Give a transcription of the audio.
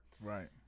Right